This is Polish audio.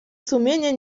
sumienie